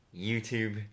youtube